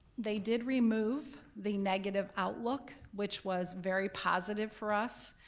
they did remove the negative outlook, which was very positive for us.